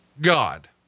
God